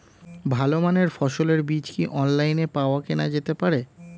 ভালো মানের ফসলের বীজ কি অনলাইনে পাওয়া কেনা যেতে পারে?